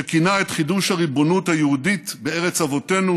שכינה את חידוש הריבונות היהודית בארץ אבותינו